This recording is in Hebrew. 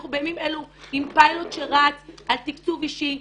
אנחנו בימים אלו עם פיילוט שרץ על תקצוב אישי.